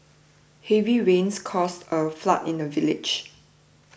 heavy rains caused a flood in the village